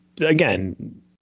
again